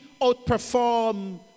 outperform